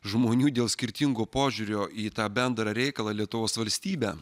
žmonių dėl skirtingo požiūrio į tą bendrą reikalą lietuvos valstybę